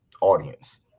audience